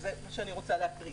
זה מה שאני רוצה להקריא.